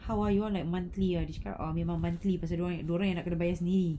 how ah you all like monthly ah dia cakap memang monthly pasal dia orang dia orang yang nak kena bayar sendiri